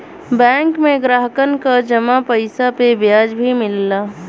bank में ग्राहक क जमा पइसा पे ब्याज भी मिलला